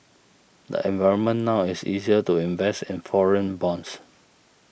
the environment now is easier to invest in foreign bonds